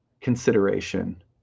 consideration